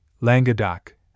Languedoc